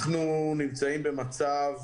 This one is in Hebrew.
אנחנו נמצאים במצב